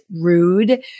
rude